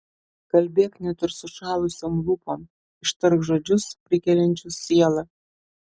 kalbėk net ir sušalusiom lūpom ištark žodžius prikeliančius sielą